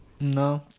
No